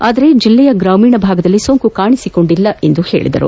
ಆದರೆ ಜಿಲ್ಲೆಯ ಗ್ರಾಮೀಣ ಭಾಗದಲ್ಲಿ ಸೋಂಕು ಕಾಣಿಸಿಕೊಂಡಿಲ್ಲ ಎಂದರು